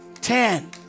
ten